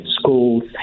schools